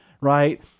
right